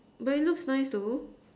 but it looks nice though